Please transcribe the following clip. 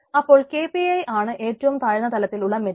അപ്പോൾ KPl ആണ് ഏറ്റവും താഴ്ന്ന തലത്തിലുള്ള മെട്രിക്